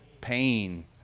pain